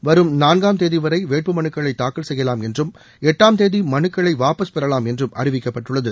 வரும் நான்காம் தேதிவரை வேட்புமலுக்களை தாக்கல் செய்யலாம் என்றும் எட்டாம்தேதி மலுக்களை வாபஸ் பெறலாம் என்றும் அறிவிக்கப்பட்டுள்ளது